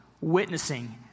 witnessing